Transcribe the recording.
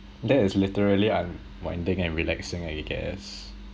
that is literally unwinding and relaxing I guess